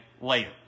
later